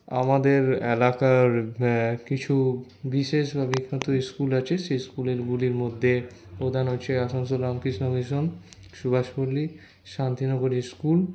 আমাদের এলাকার কিছু বিশেষ বা বিখ্যাত স্কুল আছে সে স্কুলগুলির মধ্যে প্রধান হচ্ছে আসানসোল রামকৃষ্ণ মিশন সুভাষপল্লি শান্তিনগর স্কুল